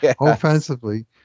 offensively